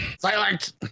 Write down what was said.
Silent